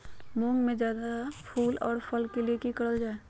मुंग में जायदा फूल और फल के लिए की करल जाय?